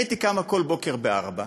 אני הייתי קמה כל בוקר ב-04:00,